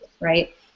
right